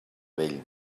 vell